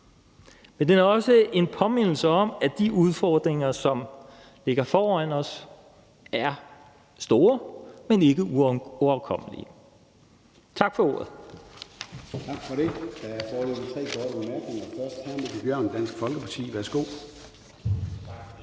men den er også en påmindelse om, at de udfordringer, som ligger foran os, er store, men ikke uoverkommelige. Tak for ordet.